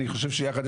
אני חושב שביחד,